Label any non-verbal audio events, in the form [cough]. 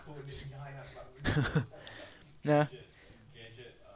[laughs] ya